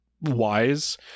wise